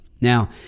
Now